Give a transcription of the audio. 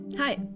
Hi